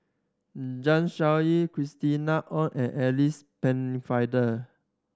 Zeng Shouyin Christina Ong and Alice Pennefather